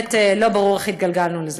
ובאמת לא ברור איך התגלגלנו לזה.